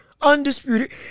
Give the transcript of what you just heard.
undisputed